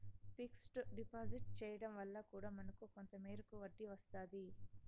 fixed deposit చేయడం వల్ల కూడా మనకు కొంత మేరకు వడ్డీ వస్తాది